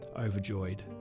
overjoyed